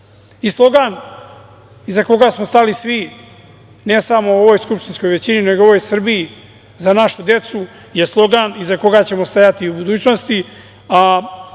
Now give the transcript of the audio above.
deca. Slogan iza koga smo stali svi, ne samo u ovoj skupštinskoj većini, nego u ovoj Srbiji za našu decu je slogan iza koga ćemo stajati i u budućnosti,